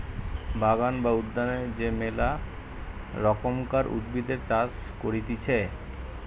বাগান বা উদ্যানে যে মেলা রকমকার উদ্ভিদের চাষ করতিছে